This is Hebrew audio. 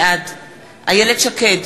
בעד איילת שקד,